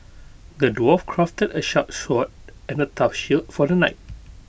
the dwarf crafted A sharp sword and A tough shield for the knight